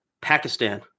Pakistan